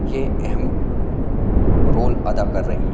ये अहम रोल अदा कर रही है